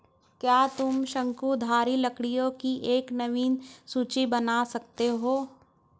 क्या तुम शंकुधारी लकड़ियों की एक नवीन सूची बना सकते हो?